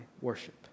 worship